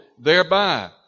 thereby